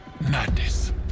Madness